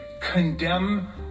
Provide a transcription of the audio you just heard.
condemn